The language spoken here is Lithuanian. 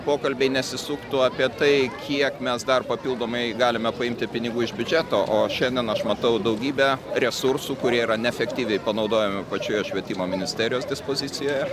pokalbiai nesisuktų apie tai kiek mes dar papildomai galime paimti pinigų iš biudžeto o šiandien aš matau daugybę resursų kurie yra neefektyviai panaudojami pačioje švietimo ministerijos dispozicijoje